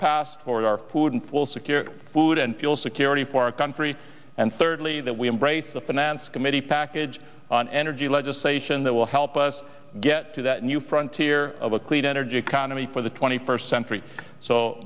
secure food and fuel security for our country and thirdly that we embrace the finance committee package on energy legislation that will help us get to that new frontier of a clean energy economy for the twenty first century so